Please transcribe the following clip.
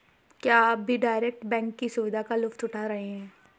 क्या आप भी डायरेक्ट बैंक की सुविधा का लुफ्त उठा रहे हैं?